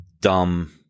dumb